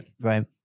Right